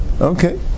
okay